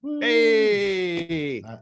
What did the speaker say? hey